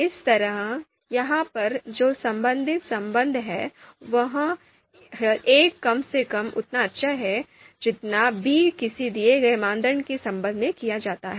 इसी तरह यहां पर जो संबंधित संबंध है वह here ए 'कम से कम उतना अच्छा है जितना the बी' किसी दिए गए मानदंड के संबंध में किया जाता है